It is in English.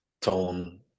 tone